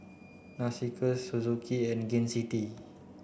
Narcissus Suzuki and Gain City